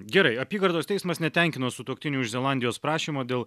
gerai apygardos teismas netenkino sutuoktinių iš zelandijos prašymo dėl